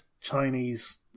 Chinese